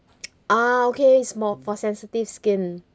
ah okay it's more for sensitive skin